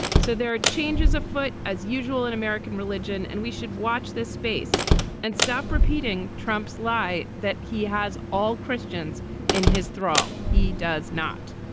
so there are changes afoot as usual in american religion. and we should watch this space and stop repeating trump's lie that he has all christians in his thrall. he does not.